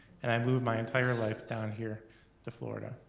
and i moved my entire life down here to florida.